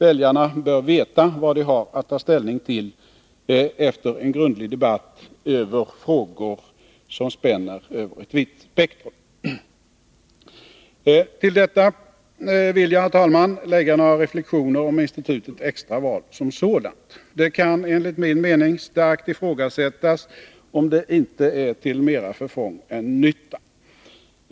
Väljarna bör veta vad de har att ta ställning till, efter en grundlig debatt om frågor som spänner över ett vitt spektrum. Till detta vill jag, herr talman, lägga några reflexioner om institutet extra val som sådant. Det kan enligt min mening starkt ifrågasättas om det inte är till mera förfång än nytta.